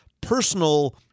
personal